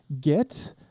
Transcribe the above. get